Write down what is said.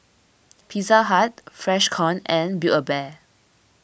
Pizza Hut Freshkon and Build A Bear